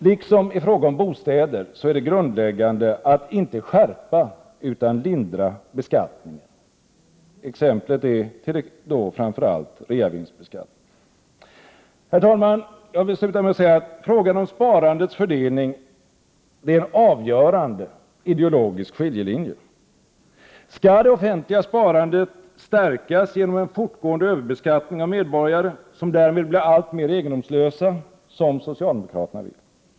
Liksom i fråga om bostäder är det grundläggande att inte skärpa utan lindra beskattningen. Exemplet är då framför allt reavinstbeskattningen. Herr talman! Frågan om sparandets fördelning är en avgörande ideologisk skiljelinje. Skall det offentliga sparandet stärkas genom en fortgående överbeskattning av medborgare, som därmed blir alltmera egendomslösa — som socialdemokraterna vill?